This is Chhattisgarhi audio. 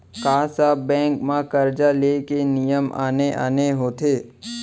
का सब बैंक म करजा ले के नियम आने आने होथे?